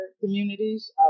communities